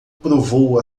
provou